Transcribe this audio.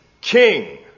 king